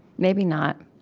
maybe not.